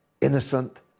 innocent